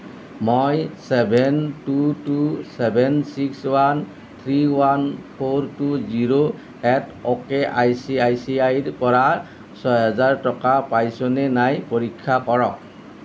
মই seven two two seven six one three one four two zero eight okay I C I C আইৰ পৰা ছহেজাৰ টকা পাইছোঁনে নাই পৰীক্ষা কৰক